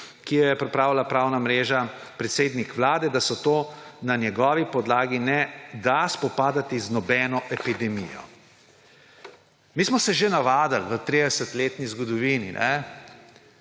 jo je pripravila Pravna mreža, odgovor predsednika vlade, da se na njegovi podlagi ne da spopadati z nobeno epidemijo. Mi smo se že navadili v 30-letni zgodovini,